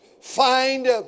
find